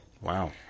Wow